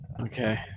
Okay